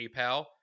PayPal